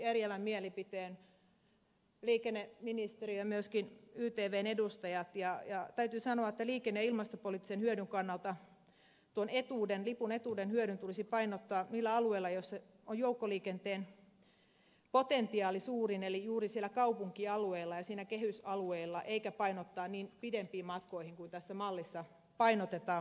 työryhmäänhän jätti eriävän mielipiteen liikenneministeriö myöskin ytvn edustajat ja täytyy sanoa että liikenne ja ilmastopoliittisen hyödyn kannalta tuon lipun etuuden hyödyn tulisi painottua niillä alueilla joilla joukkoliikenteen potentiaali on suurin eli juuri siellä kaupunkialueilla ja kehysalueilla eikä painottaa pidempiin matkoihin niin kuin tässä mallissa painotetaan